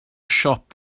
siop